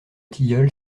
tilleul